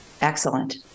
Excellent